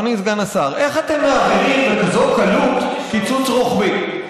אדוני סגן השר: איך אתם מעבירים בכזאת קלות קיצוץ רוחבי?